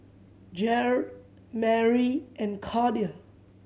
Jared Marie and Cordia